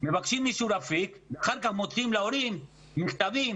מבקשים אישור אפיק, אחר כך מוציאים להורים מכתבים